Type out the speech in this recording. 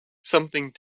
something